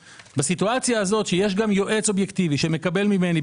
בסיטואציה הזאת שיש גם יועץ אובייקטיבי שמקבל ממני,